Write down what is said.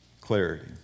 clarity